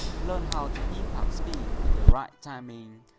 learn how to impact spin with the right timing,